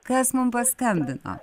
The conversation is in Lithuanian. kas mum paskambino